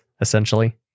essentially